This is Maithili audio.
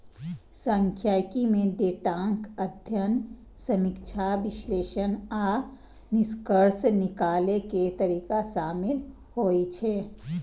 सांख्यिकी मे डेटाक अध्ययन, समीक्षा, विश्लेषण आ निष्कर्ष निकालै के तरीका शामिल होइ छै